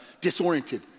disoriented